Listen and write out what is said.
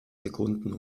sekunden